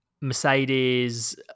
Mercedes